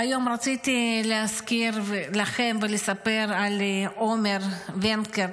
והיום רציתי להזכיר לכם ולספר על עומר ונקרט,